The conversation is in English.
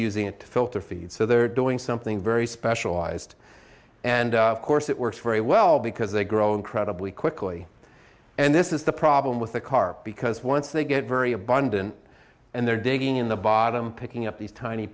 using it to filter feed so they're doing something very specialized and of course it works very well because they grow incredibly quickly and this is the problem with the car because once they get very abundant and they're digging in the bottom picking up these tiny